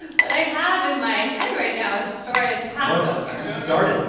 what i have in my head right now is the story of passover you know darter.